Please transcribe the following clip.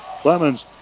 Clemens